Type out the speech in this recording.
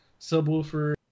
subwoofer